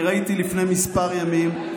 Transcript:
אני ראיתי לפני מספר ימים,